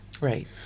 Right